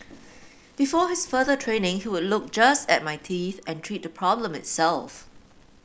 before his further training he would look just at my teeth and treat the problem itself